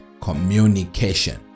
communication